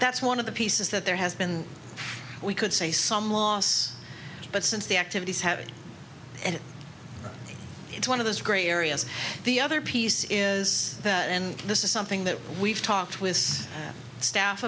that's one of the pieces that there has been we could say some loss but since the activities have it and it's one of those gray areas the other piece is that and this is something that we've talked with staff